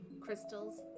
crystals